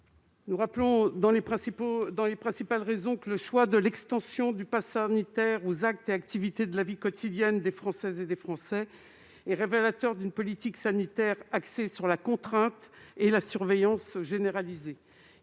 l'examen de cet article. Le choix de l'extension du passe sanitaire aux actes de la vie quotidienne des Françaises et des Français est révélateur d'une politique sanitaire axée sur la contrainte et la surveillance généralisées.